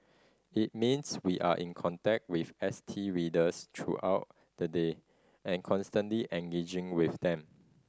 it means we are in contact with S T readers throughout the day and constantly engaging with them